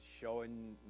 showing